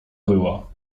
była